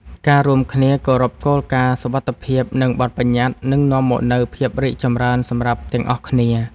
ការរួមគ្នាគោរពគោលការណ៍សុវត្ថិភាព និងបទប្បញ្ញត្តិនឹងនាំមកនូវភាពរីកចម្រើនសម្រាប់ទាំងអស់គ្នា។